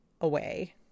away